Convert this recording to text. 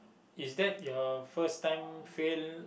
is that your first time failed